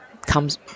comes